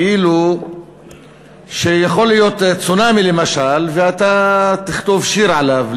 כאילו יכול להיות צונאמי למשל ואתה תכתוב שיר עליו,